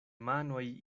manoj